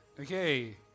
Okay